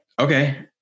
okay